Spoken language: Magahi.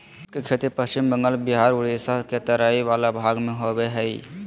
जूट के खेती पश्चिम बंगाल बिहार उड़ीसा के तराई वला भाग में होबो हइ